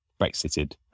Brexited